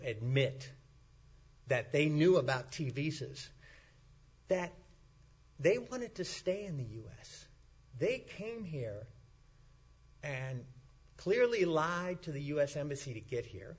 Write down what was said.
admit that they knew about t v says that they wanted to stay in the u s they came here and clearly lied to the u s embassy to get here